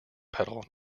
pedal